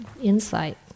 insight